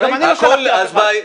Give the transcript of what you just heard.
אדוני, גם אני לא שלחתי אף אחד.